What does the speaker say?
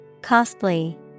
Costly